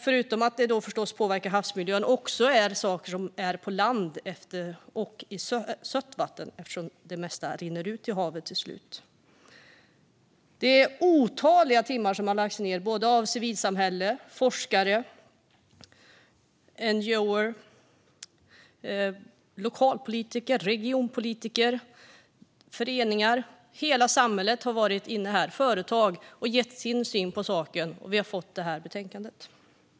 Förutom att det handlar om sådant som påverkar havsmiljön handlar det också om sådant som finns på land och i sött vatten, eftersom det mesta till slut rinner ut i havet. Det är otaliga timmar som har lagts ned av civilsamhället, forskare, NGO:er, lokalpolitiker, regionpolitiker, föreningar och företag på detta. Hela samhället har varit involverat och gett sin syn på saken, och vi har fått detta betänkande.